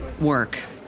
work